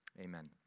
amen